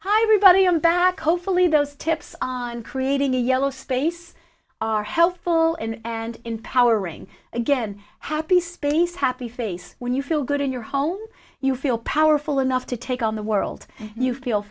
everybody i'm back hopefully those tips on creating a yellow space are healthful in and empowering again happy space happy face when you feel good in your home you feel powerful enough to take on the world you feel